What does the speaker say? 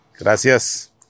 Gracias